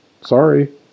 Sorry